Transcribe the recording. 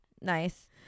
Nice